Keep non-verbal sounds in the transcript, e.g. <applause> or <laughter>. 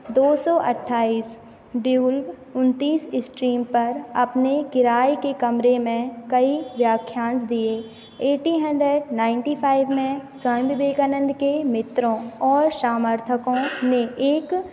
दो सौ अठाईस <unintelligible> उनतीस इस्ट्रीम पर अपने किराए के कमरे में कई व्याख्याँश दिए एटी हंड्रेड नाइनटी फ़ाइव में स्वामी विवेकानंद के मित्रों और समर्थकों ने एक